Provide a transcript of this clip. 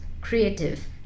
creative